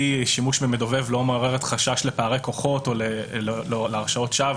שימוש במדובב לא מעורר חשש לפערי כוחות או להרשעות שווא.